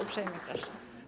Uprzejmie proszę.